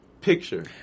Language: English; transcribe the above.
picture